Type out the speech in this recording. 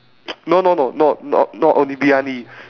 no no no no not not only briyani